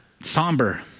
somber